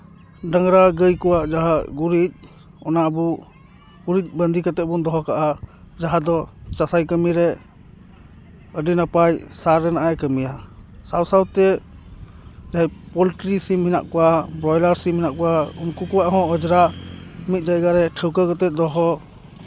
ᱰᱟᱝᱨᱟ ᱜᱟᱹᱭ ᱠᱚᱣᱟᱜ ᱡᱟᱦᱟᱸ ᱜᱩᱨᱤᱡ ᱚᱱᱟ ᱟᱵᱚ ᱜᱩᱨᱤᱡ ᱵᱟᱸᱫᱮ ᱠᱟᱛᱮ ᱵᱚᱱ ᱫᱚᱦᱚ ᱠᱟᱜᱼᱟ ᱡᱟᱦᱟᱸ ᱫᱚ ᱪᱟᱥᱟᱭ ᱠᱟᱹᱢᱤᱨᱮ ᱟᱹᱰᱤ ᱱᱟᱯᱟᱭ ᱥᱟᱨ ᱨᱮᱱᱟᱜ ᱮ ᱠᱟᱹᱢᱤᱭᱟ ᱥᱟᱶ ᱥᱟᱶᱛᱮ ᱡᱟᱦᱟᱸᱭ ᱯᱚᱞᱴᱨᱤ ᱥᱤᱢ ᱢᱮᱱᱟᱜ ᱠᱚᱣᱟ ᱵᱚᱭᱞᱟᱨ ᱥᱤᱢ ᱢᱮᱱᱟᱜ ᱠᱚᱣᱟ ᱩᱱᱠᱩ ᱠᱚᱣᱟ ᱦᱚᱸ ᱚᱸᱡᱽᱨᱟ ᱢᱤᱫ ᱡᱟᱭᱜᱟᱨᱮ ᱴᱷᱟᱹᱣᱠᱟᱹ ᱠᱟᱛᱮᱜ ᱫᱚᱦᱚ